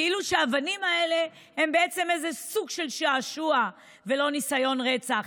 כאילו שהאבנים האלה הן בעצם איזה סוג של שעשוע ולא ניסיון רצח.